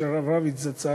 של הרב רביץ זצ"ל,